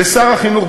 לשר החינוך,